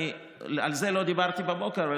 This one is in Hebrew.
על זה לא דיברתי בבוקר.